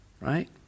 right